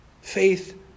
faith